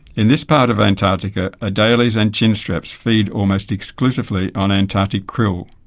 in this part of antarctica, adelies and chinstraps feed almost exclusively on antarctic krill.